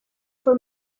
for